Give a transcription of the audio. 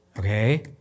Okay